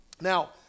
Now